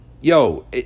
yo